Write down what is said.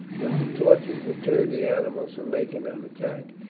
but the torches deterred the animals from making an attack,